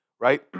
Right